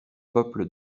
peuples